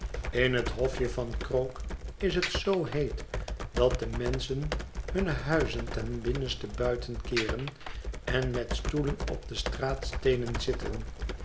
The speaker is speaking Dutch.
in het hofje van krook is het zoo heet dat de mensehen hunne huizen ten binnenste buiten keeren en met stoelen op de straatsteenen zitten